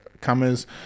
comers